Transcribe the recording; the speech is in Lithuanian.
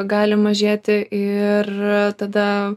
gali mažėti ir tada